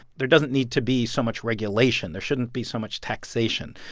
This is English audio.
there doesn't need to be so much regulation. there shouldn't be so much taxation.